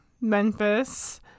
Memphis